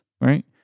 right